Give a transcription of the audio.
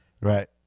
right